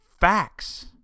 facts